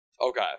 Okay